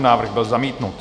Návrh byl zamítnut.